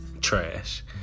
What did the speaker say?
trash